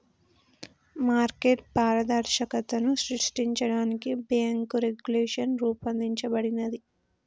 market పారదర్శకతను సృష్టించడానికి bank regulation రూపొందించబడినాది